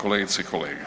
Kolegice i kolege,